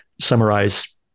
summarize